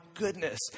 goodness